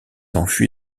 enfui